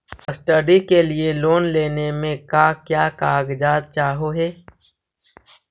Study के लिये loan लेने मे का क्या कागजात चहोये?